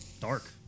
Dark